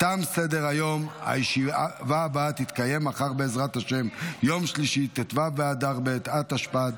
להלן תוצאות ההצבעה: 13 בעד, אין מתנגדים.